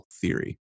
Theory